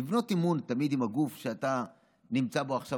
לבנות אמון תמיד עם הגוף שאתה נמצא בו עכשיו,